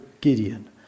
Gideon